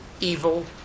evil